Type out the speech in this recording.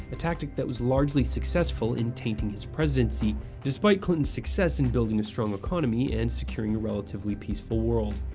a tactic that was largely successful in tainting his presidency despite clinton's success in building a strong economy and securing a relatively peaceful world.